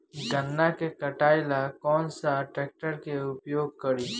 गन्ना के कटाई ला कौन सा ट्रैकटर के उपयोग करी?